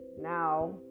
now